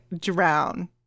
drown